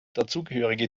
dazugehörige